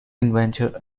inventor